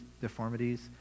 deformities